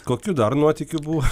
kokių dar nuotykių buvo